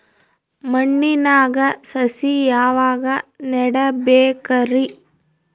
ಮಣ್ಣಿನಾಗ ಸಸಿ ಯಾವಾಗ ನೆಡಬೇಕರಿ?